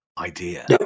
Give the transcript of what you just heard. idea